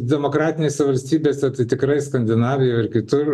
demokratinėse valstybėse tai tikrai skandinavijoj ar kitur